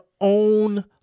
own